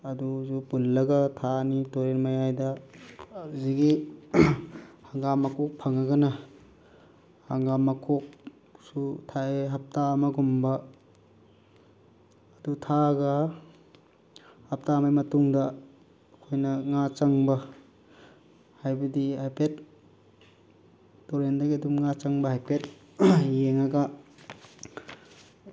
ꯑꯗꯨꯁꯨ ꯄꯨꯟꯂꯒ ꯊꯥꯛꯑꯅꯤ ꯇꯨꯔꯦꯜ ꯃꯌꯥꯏꯗ ꯍꯪꯖꯤꯛꯀꯤ ꯍꯪꯒꯥꯝ ꯃꯀꯣꯛ ꯐꯪꯉꯒꯅ ꯍꯪꯒꯥꯝ ꯃꯀꯣꯛꯁꯨ ꯊꯥꯛꯑꯦ ꯍꯞꯇꯥ ꯑꯃꯒꯨꯝꯕ ꯑꯗꯨ ꯊꯥꯛꯑꯒ ꯍꯞꯇꯥ ꯑꯃꯒꯤ ꯃꯇꯨꯡꯗ ꯑꯩꯈꯣꯏꯅ ꯉꯥ ꯆꯪꯕ ꯍꯥꯏꯕꯗꯤ ꯍꯥꯏꯐꯦꯠ ꯇꯨꯔꯦꯜꯗꯒꯤ ꯑꯗꯨꯝ ꯉꯥ ꯆꯪꯕ ꯍꯥꯏꯐꯦꯠ ꯌꯦꯡꯉꯒ